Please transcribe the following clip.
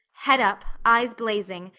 head up, eyes blazing,